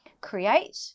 create